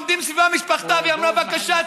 עומדים מסביבה בני משפחתה והיא אמרה: בבקשה,